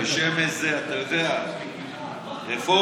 בשם איזה, אתה יודע, רפורמות.